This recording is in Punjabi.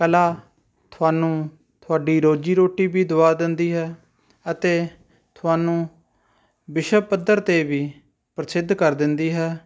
ਕਲਾ ਤੁਹਾਨੂੰ ਤੁਹਾਡੀ ਰੋਜ਼ੀ ਰੋਟੀ ਵੀ ਦਿਵਾ ਦਿੰਦੀ ਹੈ ਅਤੇ ਤੁਹਾਨੂੰ ਵਿਸ਼ਵ ਪੱਧਰ 'ਤੇ ਵੀ ਪ੍ਰਸਿੱਧ ਕਰ ਦਿੰਦੀ ਹੈ